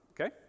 okay